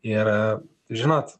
ir žinot